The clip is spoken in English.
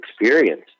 experience